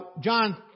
John